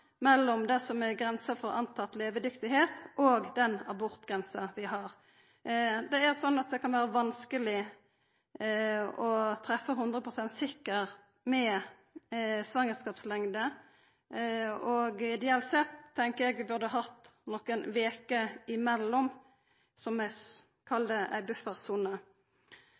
mellom det som er grensa for pårekna levedyktigheit, og den abortgrensa vi har. Det er sånn at det kan vera vanskeleg å treffa 100 pst. sikkert med svangerskapslengd, og dei har sett, tenkjer eg, at vi burde hatt nokre veker imellom som ei buffersone.